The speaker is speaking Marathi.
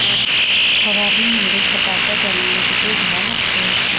फवारनीमंदी खताचं प्रमान किती घ्या लागते?